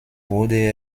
wurde